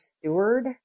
steward